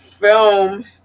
film